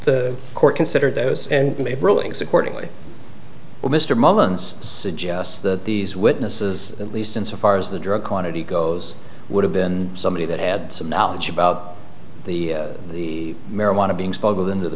the court considered those and made rulings accordingly well mr mullens suggests that these witnesses at least insofar as the drug quantity goes would have been somebody that had some knowledge about the the marijuana being smuggled into the